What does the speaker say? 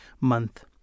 month